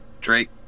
Drake